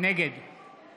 נגד